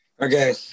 Okay